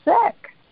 sick